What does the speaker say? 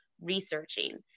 researching